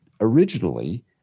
originally